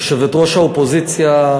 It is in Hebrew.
יושבת-ראש האופוזיציה,